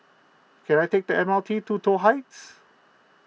can I take the M R T to Toh Heights